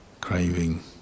craving